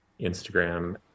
Instagram